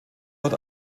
dort